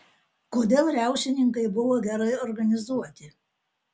kodėl riaušininkai buvo gerai organizuoti